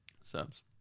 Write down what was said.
Subs